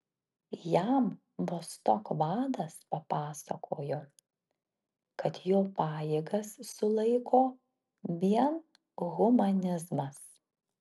jam vostok vadas papasakojo kad jo pajėgas sulaiko vien humanizmas